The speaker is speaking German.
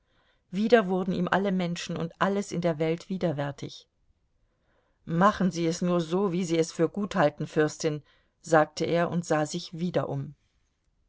wieder wurden ihm alle menschen und alles in der welt widerwärtig machen sie es nur so wie sie es für gut halten fürstin sagte er und sah sich wieder um